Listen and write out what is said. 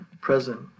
present